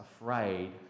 afraid